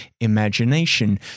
imagination